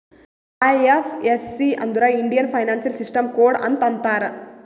IFSC ಅಂದುರ್ Indian financial system code ಅಂತ್ ಅಂತಾರ್